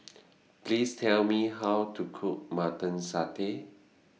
Please Tell Me How to Cook Mutton Satay